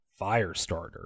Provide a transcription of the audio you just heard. Firestarter